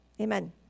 Amen